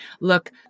look